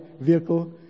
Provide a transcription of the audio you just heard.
vehicle